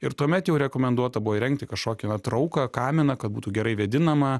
ir tuomet jau rekomenduota buvo įrengti kažkokią na trauką kaminą kad būtų gerai vėdinama